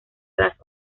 las